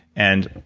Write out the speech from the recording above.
and,